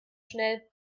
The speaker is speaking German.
schnell